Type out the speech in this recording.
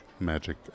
Magic